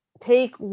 take